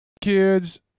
kids